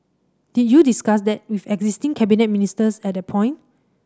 did you discuss that with existing cabinet ministers at that point